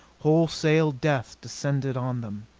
wholesale death descended on them.